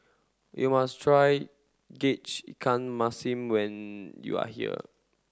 you must try ikan Masin when you are here